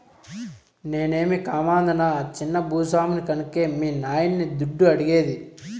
నేనేమీ కామందునా చిన్న భూ స్వామిని కన్కే మీ నాయన్ని దుడ్డు అడిగేది